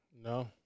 no